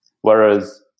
whereas